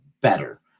better